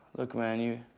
look man, you